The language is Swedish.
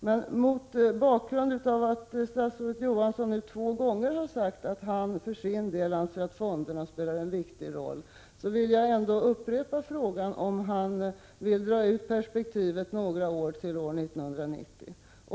Men mot bakgrund av att statsrådet Johansson nu två gånger har sagt att han för sin del anser att fonderna spelar en viktig roll vill jag ändå upprepa frågan om han vill dra ut perspektivet några år till år 1990.